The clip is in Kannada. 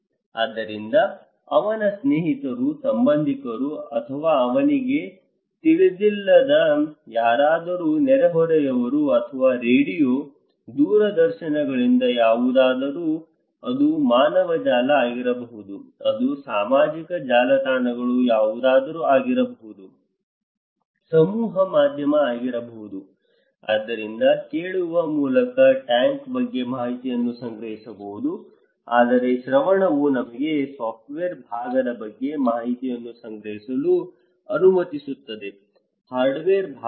ಆದ್ದರಿಂದ ಅವನ ಸ್ನೇಹಿತರು ಸಂಬಂಧಿಕರು ಅಥವಾ ಅವನಿಗೆ ತಿಳಿದಿಲ್ಲದ ಯಾರಾದರೂ ನೆರೆಹೊರೆಯವರು ಅಥವಾ ರೇಡಿಯೋ ದೂರದರ್ಶನಗಳಿಂದ ಯಾವುದಾದರೂ ಅದು ಮಾನವ ಜಾಲ ಆಗಿರಬಹುದು ಅದು ಸಾಮಾಜಿಕ ಜಾಲತಾಣಗಳು ಯಾವುದಾದರೂ ಆಗಿರಬಹುದು ಸಮೂಹ ಮಾಧ್ಯಮ ಆಗಿರಬಹುದು ಆದ್ದರಿಂದ ಕೇಳುವ ಮೂಲಕ ಟ್ಯಾಂಕ್ ಬಗ್ಗೆ ಮಾಹಿತಿಯನ್ನು ಸಂಗ್ರಹಿಸಬಹುದು ಆದರೆ ಶ್ರವಣವು ನಿಮಗೆ ಸಾಫ್ಟ್ವೇರ್ ಭಾಗದ ಬಗ್ಗೆ ಮಾಹಿತಿಯನ್ನು ಸಂಗ್ರಹಿಸಲು ಅನುಮತಿಸುತ್ತದೆ ಹಾರ್ಡ್ವೇರ್ ಭಾಗವಲ್ಲ